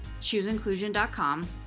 chooseinclusion.com